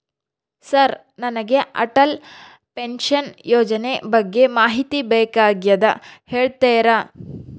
Sir ನನಗೆ Atal pension ಯೋಜನೆ ಬಗ್ಗೆ ಮಾಹಿತಿ ಬೇಕಾಗ್ಯದ ಹೇಳ್ತೇರಾ?